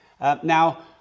Now